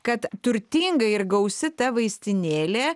kad turtinga ir gausi ta vaistinėlė